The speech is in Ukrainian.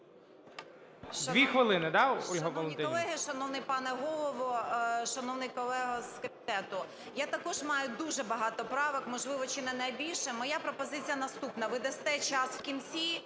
Дві хвилини, да, Ольга Валентинівна?